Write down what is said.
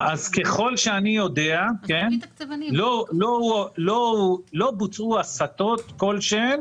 ככל שאני יודע, לא בוצעו הסטות כלשהן